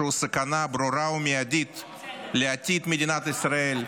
שהוא סכנה ברורה ומיידית לעתיד מדינת ישראל,